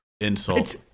insult